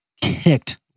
kicked